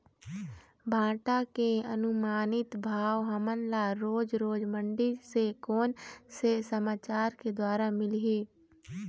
भांटा के अनुमानित भाव हमन ला रोज रोज मंडी से कोन से समाचार के द्वारा मिलही?